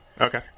Okay